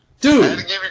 Dude